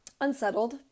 unsettled